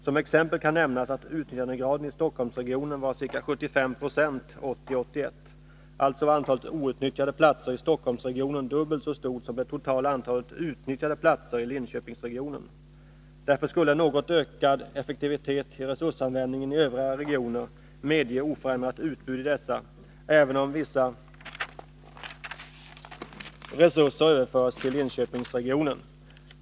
Som exempel kan nämnas att utnyttjandegraden i Stockholmsregionen var ca 75 76 1980/81. Alltså var antalet outnyttjade platser i Stockholmsregionen dubbelt så stort som det totala antalet utnyttjade platser i Linköpingsregionen. Därför skulle en något ökad effektivitet i resursanvändningen i övriga regioner medge oförändrat utbud i dessa, även om vissa resurser överförs till Linköpingsregionen.